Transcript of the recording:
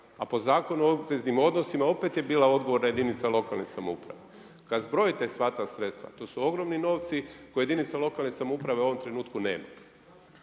a po Zakonu o obveznim odnosima opet je bila odgovorna jedinica lokalne samouprave. Kada zbrojite sva ta sredstva, to su ogromni novci koje jedinica lokalne samouprave u ovom trenutku nema.